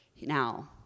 Now